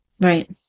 Right